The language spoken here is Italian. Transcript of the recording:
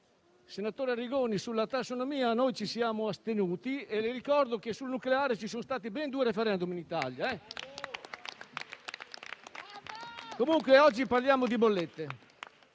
senatore Arrigoni, sulla tassonomia noi ci siamo astenuti e le ricordo che sul nucleare ci sono stati ben due *referendum* in Italia. Ad ogni modo, oggi parliamo di bollette.